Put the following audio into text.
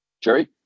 Jerry